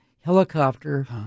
helicopter